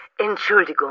Entschuldigung